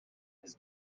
his